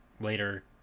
later